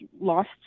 lost